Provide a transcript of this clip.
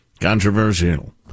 Controversial